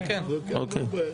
כן, כן, רצוי.